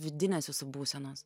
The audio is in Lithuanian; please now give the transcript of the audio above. vidinės jūsų būsenos